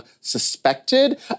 suspected